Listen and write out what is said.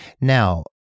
Now